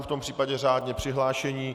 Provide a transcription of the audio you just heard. V tom případě řádně přihlášení.